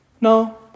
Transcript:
No